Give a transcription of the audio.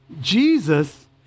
Jesus